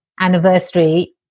anniversary